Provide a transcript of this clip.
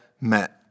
met